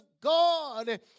God